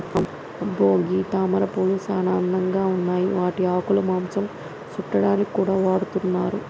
అబ్బో గీ తామరపూలు సానా అందంగా ఉన్నాయి వాటి ఆకులు మాంసం సుట్టాడానికి కూడా వాడతున్నారు